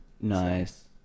Nice